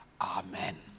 Amen